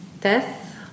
death